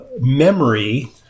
memory